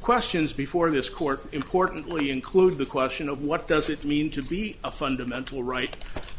questions before this court importantly include the question of what does it mean to be a fundamental right